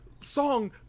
song